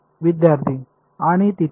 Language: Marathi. विद्यार्थी आणि तिथूनच